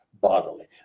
bodily